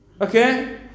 Okay